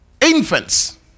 Infants